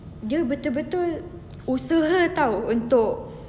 dia betul-betul usaha [tau] untuk